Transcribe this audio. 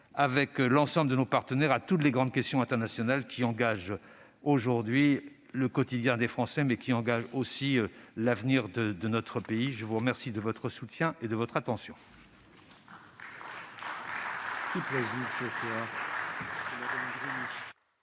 avec l'ensemble de nos partenaires, à toutes les grandes questions internationales qui engagent aujourd'hui le quotidien des Français, mais aussi l'avenir de notre pays. Je vous remercie de votre soutien. Nous allons